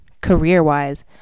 career-wise